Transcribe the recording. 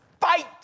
fight